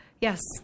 Yes